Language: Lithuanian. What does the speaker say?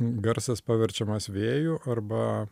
garsas paverčiamas vėju arba